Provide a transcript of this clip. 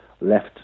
left